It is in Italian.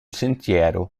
sentiero